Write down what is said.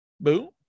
boom